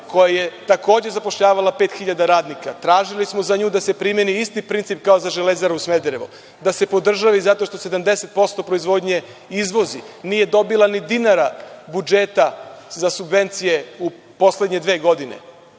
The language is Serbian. koja je takođe zapošljavala pet hiljada radnika. Tražili smo da se za nju primeni isti princip kao za „Železaru“ Smederevo, da se podržavi zato što 70% proizvodnje izvozi. Nije dobila ni dinara budžeta za subvencije u poslednje dve godine.